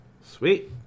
sweet